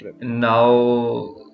Now